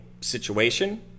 situation